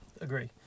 agree